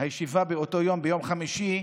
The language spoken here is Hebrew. הישיבה באותו יום, ביום חמישי.